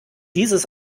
dieses